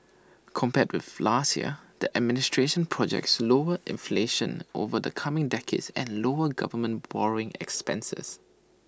compared with last year the administration projects lower inflation over the coming decades and lower government borrowing expenses